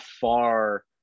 far